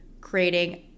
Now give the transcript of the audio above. creating